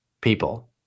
people